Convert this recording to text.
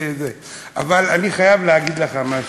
אבל אני חייב להגיד לך משהו.